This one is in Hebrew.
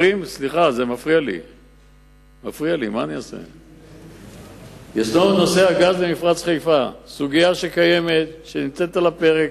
זאת סוגיה שקיימת ועומדת על הפרק.